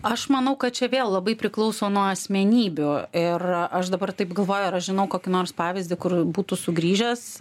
aš manau kad čia vėl labai priklauso nuo asmenybių ir aš dabar taip galvoju ar aš žinau kokį nors pavyzdį kur būtų sugrįžęs